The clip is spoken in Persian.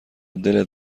دلت